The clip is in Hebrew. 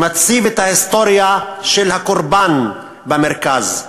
שמציב את ההיסטוריה של הקורבן במרכז,